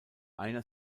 einer